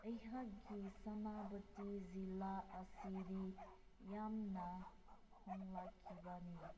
ꯑꯩꯍꯥꯛꯀꯤ ꯁꯦꯅꯥꯄꯇꯤ ꯖꯤꯜꯂꯥ ꯑꯁꯤꯗꯤ ꯌꯥꯝꯅ ꯍꯣꯡꯂꯛꯈꯤꯕꯅꯤ